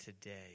today